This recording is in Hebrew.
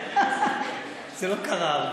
נגדך, זה לא קרה הרבה.